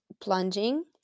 plunging